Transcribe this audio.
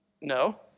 No